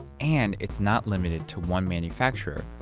and it's not limited to one manufacturer,